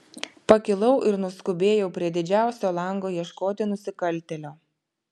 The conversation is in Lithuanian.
pakilau ir nuskubėjau prie didžiausio lango ieškoti nusikaltėlio